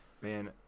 Man